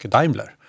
Daimler